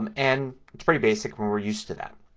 um and it's pretty basic and we're used to that.